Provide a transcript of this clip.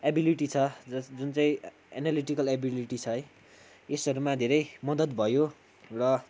ability छ जस् जुन चाहिँ एनालाइटिकल एबिलिटी छ है यसहरूमा धेरै मद्दत भयो र